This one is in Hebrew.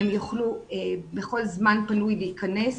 הם יוכלו בכל זמן פנוי להיכנס,